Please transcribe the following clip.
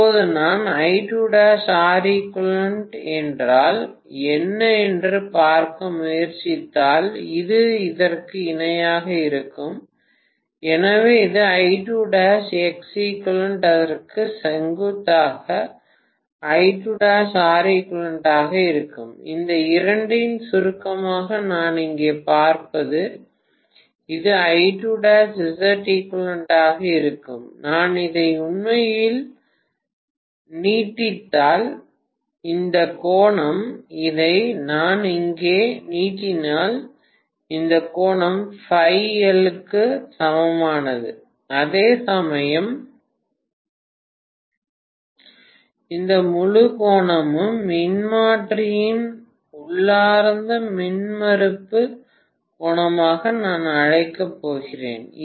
இப்போது நான் என்றால் என்ன என்று பார்க்க முயற்சித்தால் இது இதற்கு இணையாக இருக்கும் எனவே இதுஅதற்கு செங்குத்தாக ஆக இருக்கும் இந்த இரண்டின் சுருக்கமாக நான் இங்கே பார்ப்பது இது ஆக இருக்கும் நான் இதை உண்மையில் நீட்டித்தால் இந்த கோணம் இதை நான் இங்கே நீட்டினால் இந்த கோணம் க்கு சமமானது அதேசமயம் இந்த முழு கோணமும் மின்மாற்றியின் உள்ளார்ந்த மின்மறுப்பு கோணமாக நான் அழைக்கப் போகிறேன்